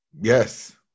Yes